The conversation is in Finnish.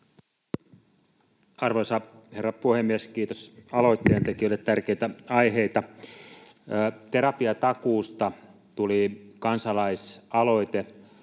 Arvoisa herra puhemies! Kiitos aloitteen tekijöille — tärkeitä aiheita. Terapiatakuusta tuli kansalaisaloite